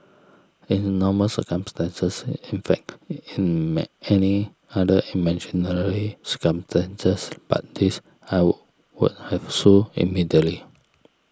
in normal circumstances in fact in any other imaginary circumstances but this I would would have sued immediately